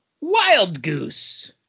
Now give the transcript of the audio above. Wildgoose